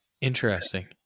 Interesting